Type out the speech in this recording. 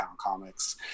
comics